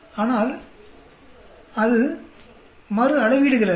ஆனால் அது மறுஅளவீடுகள் அல்ல